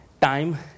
time